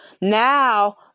now